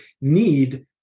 need